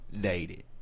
dated